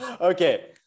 Okay